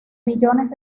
millones